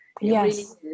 yes